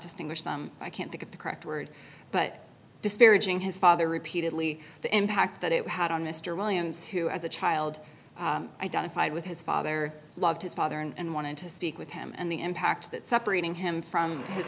distinguish them i can't think of the correct word but disparaging his father repeatedly the impact that it had on mr williams who as a child identified with his father loved his father and wanted to speak with him and the impact that separating him from his